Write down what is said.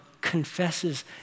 confesses